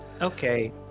Okay